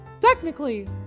Technically